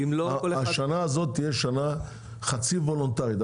השנה הזאת תהיה שנה חצי וולונטרית.